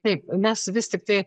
taip mes vis tiktai